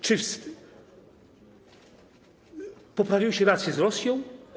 Czy poprawiły się relacje z Rosją?